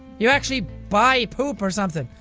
you actually buy poop or something.